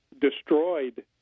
destroyed